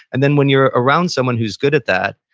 and then when you're around someone who's good at that,